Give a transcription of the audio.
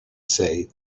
say